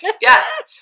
Yes